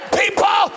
people